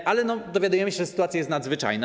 No, ale dowiadujemy się, że sytuacja jest nadzwyczajna.